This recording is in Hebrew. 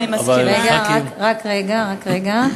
רק רגע, רק רגע.